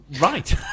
Right